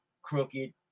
crooked